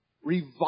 revive